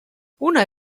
una